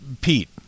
Pete